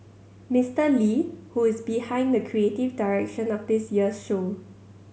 Mister Lee who is behind the creative direction of this year's show